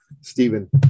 Stephen